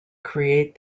create